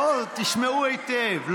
תשמעו היטב.